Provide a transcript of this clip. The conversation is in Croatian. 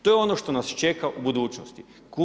To je ono što nas čeka u budućnosti.